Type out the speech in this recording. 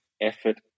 effort